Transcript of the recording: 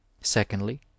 secondly